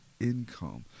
income